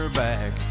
back